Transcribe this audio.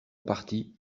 partit